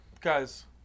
Guys